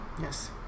Yes